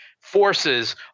forces